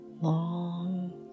Long